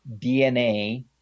DNA